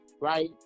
right